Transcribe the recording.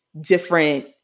different